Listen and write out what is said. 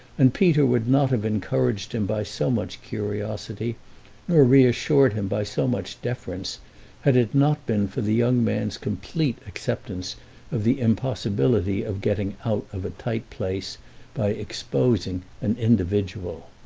and peter would not have encouraged him by so much curiosity nor reassured him by so much deference had it not been for the young man's complete acceptance of the impossibility of getting out of a tight place by exposing an individual.